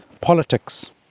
politics